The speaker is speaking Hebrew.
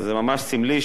וזה ממש סמלי,